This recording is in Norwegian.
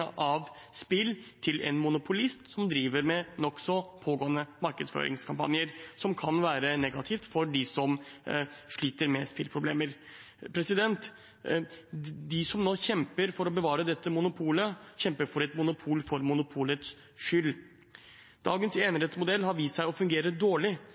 av spill til en monopolist som driver med nokså pågående markedsføringskampanjer, som kan være negativt for dem som sliter med spilleproblemer. De som nå kjemper for å bevare dette monopolet, kjemper for et monopol for monopolets skyld. Dagens enerettsmodell har vist seg å fungere dårlig.